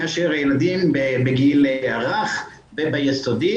מאשר ילדים בגיל הרך וביסודי.